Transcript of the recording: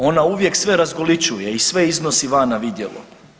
Ona uvijek sve razgolićuje i sve iznosi van na vidjelo.